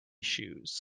shoes